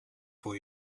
for